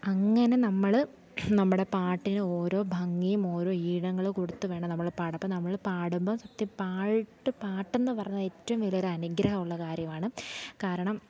അങ്ങനെ നമ്മൾ നമ്മുടെ പാട്ടിന് ഓരോ ഭംഗിയും ഓരോ ഈണങ്ങൾ കൊടുത്തു വേണം നമ്മൾ പാടാൻ അപ്പം നമ്മൾ പാടുമ്പം സത്യം പാട്ടു പാട്ടെന്നു പറഞ്ഞത് ഏറ്റവും വലിയൊരനുഗ്രഹമുള്ളൊരു കാര്യമാണ് കാരണം